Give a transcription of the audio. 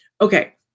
Okay